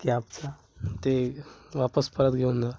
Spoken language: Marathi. क्याबचा ते वापस परत घेऊन जा